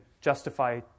justify